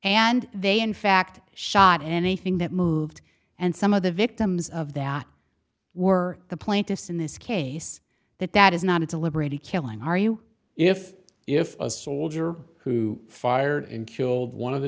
and they in fact shot anything that moved and some of the victims of that were the plaintiffs in this case that that is not a deliberate killing are you if if a soldier who fired and killed one of